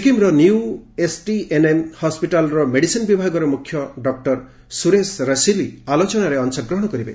ସିକ୍କିମ୍ର new STNM ହସ୍କିଟାଲ୍ର medicine ବିଭାଗର ମୁଖ୍ୟ ଡକ୍ଟର ସୁରେଶ ରସିଲି ଆଲୋଚନାରେ ଅଂଶଗ୍ରହଣ କରିବେ